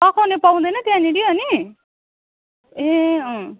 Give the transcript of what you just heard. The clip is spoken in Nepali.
पकाउने पाउँदैन त्यहाँनिर अनि ए अँ